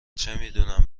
چمیدونم